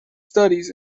studies